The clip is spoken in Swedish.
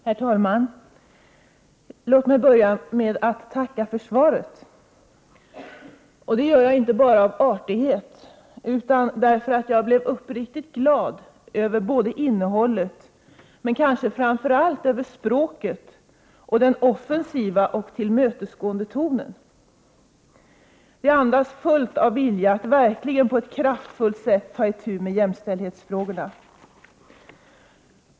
Herr talman! Låt mig börja med att tacka för svaret. Det gör jag inte bara av artighet, utan därför att jag blev uppriktigt glad över innehållet, framför allt över språket och den offensiva och tillmötesgående tonen. Svaret andas en stark vilja att verkligen på ett kraftfullt sätt ta itu med jämställdhetsfrågorna.